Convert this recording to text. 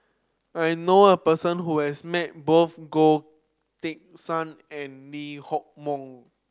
I know a person who has met both Goh Teck Sian and Lee Hock Moh